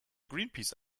greenpeace